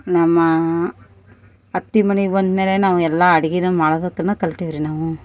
ನಮ್ಮ ಅತ್ತಿ ಮನಿಗೆ ಬಂದ್ಮೇಲೆ ನಾವು ಎಲ್ಲಾ ಅಡಿಗೀನು ಮಾಡದಕ್ನ ಕಲ್ತೇವೆ ರೀ ನಾವು